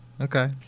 Okay